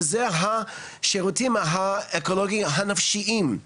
וזה השירותים האקולוגיים הנפשיים,